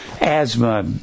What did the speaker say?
asthma